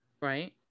Right